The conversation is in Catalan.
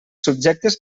subjectes